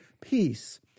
peace